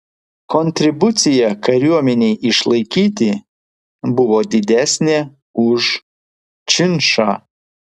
kontribucija kariuomenei išlaikyti buvo didesnė už činšą